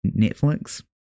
Netflix